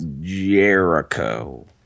Jericho